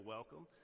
Welcome